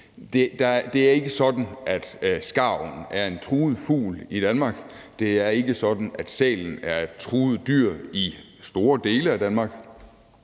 Det er ikke sådan, at skarven er en truet fugl i Danmark, og det er ikke sådan, at sælen er et truet dyr i store dele af Danmark,